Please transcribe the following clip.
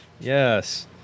Yes